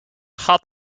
gat